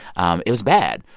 um it was bad.